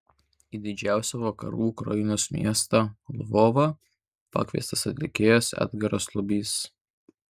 į didžiausią vakarų ukrainos miestą lvovą pakviestas atlikėjas edgaras lubys